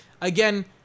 again